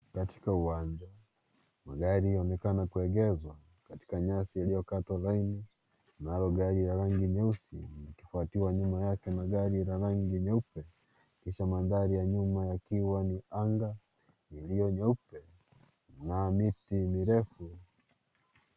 Katika uwanja magari yaonekana kuegeshwa katika nyasi iliyokatwa laini nalo gari la rangi nyeusi likufuatiwa nyuma yake na gari la rangi nyeupe , kisha mandari ya nyuma ikiwa ni anga iliyo nyeupe nayo miti mirefu.